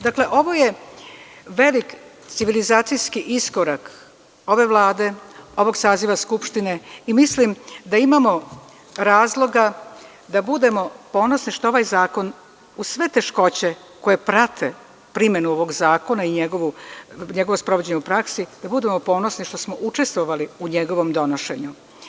Dakle, ovo je veliki civilizacijski iskorak ove Vlade, ovog saziva Skupštine i mislim da imamo razloga da budemo ponosni što ovaj zakon uz sve teškoće koje prate primenu ovog zakona i njegovo sprovođenje u praksi, da budemo ponosni što smo učestvovali u njegovom donošenju.